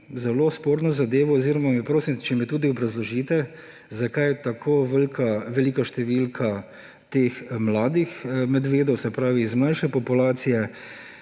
zelo sporno zadevo oziroma prosim, če mi jo tudi obrazložite, zakaj tako velika številka teh mladih medvedov; se pravi iz mlajše populacije.